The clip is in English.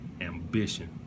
ambition